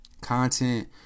content